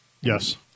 Yes